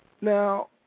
Now